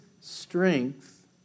strength